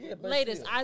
latest